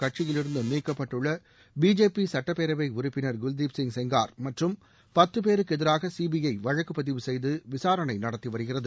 கட்சியிலிருந்து நீக்கப்பட்டுள்ள பிஜேபி சட்டப்பேரவை உறுப்பினர் குல்தீப் சிங் செங்கார் மற்றும் பத்து பேருக்கு எதிராக சிபிஐ வழக்குப் பதிவு செய்து விசாரணை நடத்தி வருகிறது